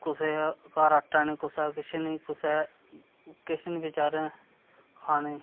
कुसै घर आटा नी कुसै दे केश नी कुसै दे केश नी बेचारे दे खाने ई